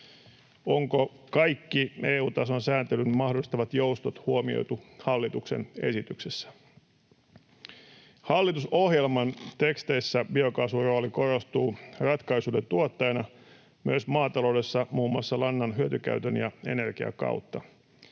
Onko kaikki EU-tason sääntelyn mahdollistamat joustot huomioitu hallituksen esityksessä? Hallitusohjelman teksteissä biokaasun rooli korostuu ratkaisujen tuottajana myös maataloudessa muun muassa lannan hyötykäytön ja energian kautta.